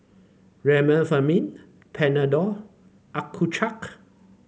Remifemin Panadol Accucheck